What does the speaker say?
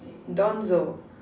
Donzo